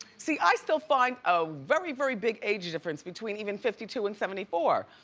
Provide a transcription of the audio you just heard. see, i still find a very, very big age difference, between even fifty two and seventy four.